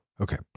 Okay